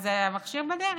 אז המכשיר בדרך.